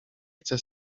chcę